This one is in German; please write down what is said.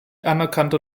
anerkannter